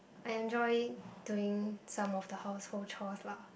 I enjoy doing some of the household chores lah